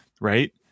Right